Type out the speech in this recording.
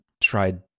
tried